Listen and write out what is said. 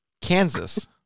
Kansas